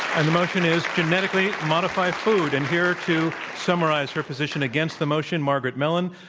and the motion is genetically modify food and here to summarize her position against the motion, margaret mellon,